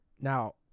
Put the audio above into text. Now